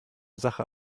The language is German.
sache